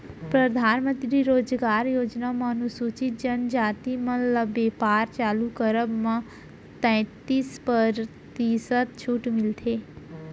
परधानमंतरी रोजगार योजना म अनुसूचित जनजाति मन ल बेपार चालू करब म तैतीस परतिसत छूट मिलथे